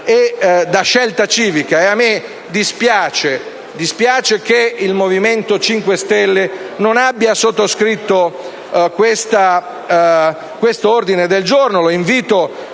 e da Scelta Civica. A me dispiace che il Movimento 5 Stelle non abbia sottoscritto questo ordine del giorno